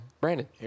Brandon